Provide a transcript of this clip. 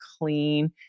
clean